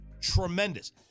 tremendous